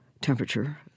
temperature